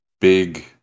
big